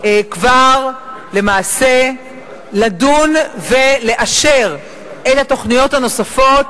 כבר לדון ולאשר את התוכניות הנוספות,